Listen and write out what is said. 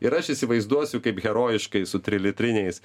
ir aš įsivaizduosiu kaip herojiškai su trilitriniais